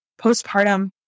postpartum